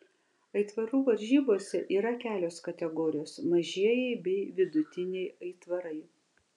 aitvarų varžybose yra kelios kategorijos mažieji bei vidutiniai aitvarai